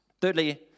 Thirdly